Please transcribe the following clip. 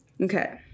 Okay